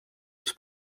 mis